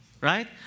right